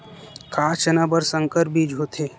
का चना बर संकर बीज होथे?